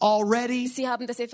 already